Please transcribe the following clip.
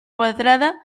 quadrada